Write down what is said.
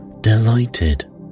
delighted